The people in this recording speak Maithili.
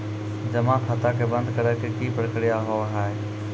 जमा खाता के बंद करे के की प्रक्रिया हाव हाय?